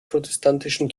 protestantischen